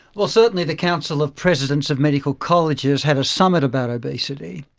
well, certainly the council of presidents of medical colleges had a summit about obesity,